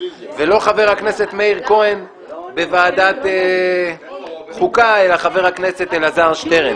ולא חבר הכנסת מאיר כהן בוועדת חוקה אלא חבר הכנסת אלעזר שטרן.